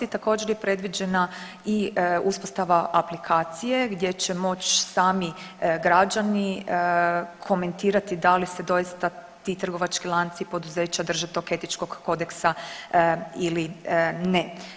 I također je predviđena i uspostava aplikacije gdje će moći sami građani komentirati da li se doista ti trgovački lanci i poduzeća drže tog etičkog kodeksa ili ne.